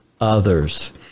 others